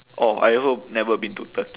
orh I also never been to turkey